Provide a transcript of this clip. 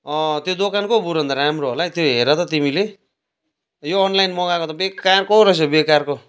त्यो दोकानको पो बरूभन्दा राम्रो होला है त्यो हेर त तिमीले यो अनलाइन मगाको त बेकारको रहेछ बेकारको